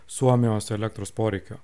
suomijos elektros poreikio